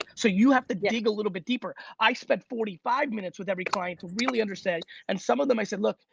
so you have to dig a little bit deeper. i spent forty five minutes with every client to really understand and some of them i said, look,